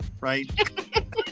right